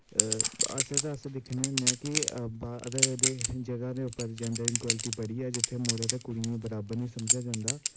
अस दिक्खने होन्ने आं कि बाह्र दे जगह दे उप्पर जैंडर इन इकवैलटी बड़ी जित्थें मुड़े ते कुड़ियें बराबर नी इंफ्रास्टैक्चर समझेआ जंदा